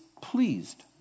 pleased